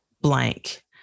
blank